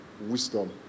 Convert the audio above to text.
wisdom